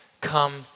Come